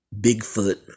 Bigfoot